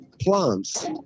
Plants